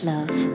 Love